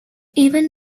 even